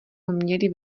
měli